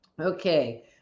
Okay